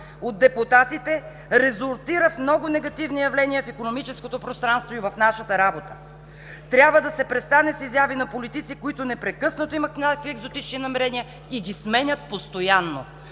от депутатите резултира в много негативни явления в икономическото пространство и в нашата работа. Трябва да се престане с изяви на политици, които непрекъснато имат някакви екзотични намерения и ги сменят постоянно.”